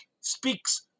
speaks